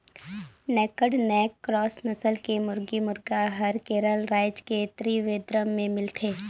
naked neck cross नसल के मुरगी, मुरगा हर केरल रायज के त्रिवेंद्रम में मिलथे